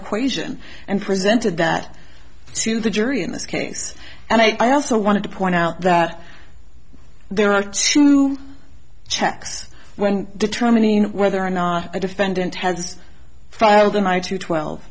equation and presented that to the jury in this case and i also wanted to point out that there are two checks when determining whether or not a defendant has filed an i two twelve